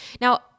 Now